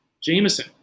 Jameson